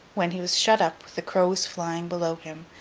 when he was shut up, with the crows flying below him,